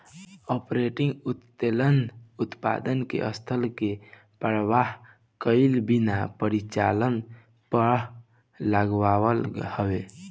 operating उत्तोलन उत्पादन के स्तर के परवाह कईला बिना परिचालन पअ लागत हवे